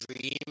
dream